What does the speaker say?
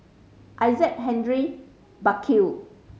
Isaac Henry Burkill